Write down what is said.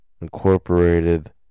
incorporated